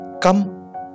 Come